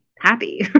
happy